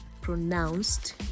pronounced